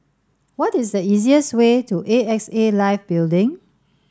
what is the easiest way to A X A Life Building